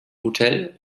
hotel